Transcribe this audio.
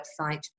website